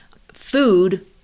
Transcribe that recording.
food